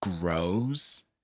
grows